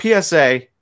PSA